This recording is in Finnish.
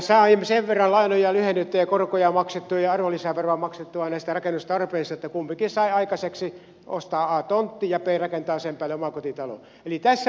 saimme sen verran lainoja lyhennettyä ja korkoja maksettua ja arvonlisäveroa maksettua näistä rakennustarpeista että kumpikin sai aikaiseksi a ostaa tontin ja b rakentaa sen päälle omakotitalon